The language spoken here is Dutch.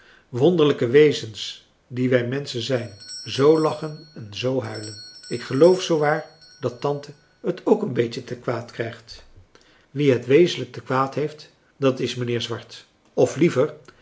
wonderlijke wezens die wij menschen zijn z lachen en z huilen ik geloof zoo waar françois haverschmidt familie en kennissen dat tante het ook een beetje te kwaad krijgt wie het wezenlijk te kwaad heeft dat is mijnheer swart of liever